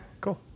cool